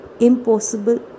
impossible